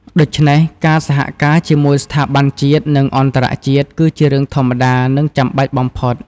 ដូច្នេះ ការសហការជាមួយស្ថាប័នជាតិ និងអន្តរជាតិ គឺជារឿងធម្មតា និងចាំបាច់បំផុត។